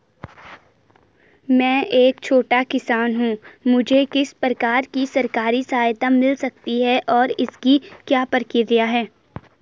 मैं एक छोटा किसान हूँ मुझे किस प्रकार की सरकारी सहायता मिल सकती है और इसकी क्या प्रक्रिया है?